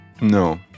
no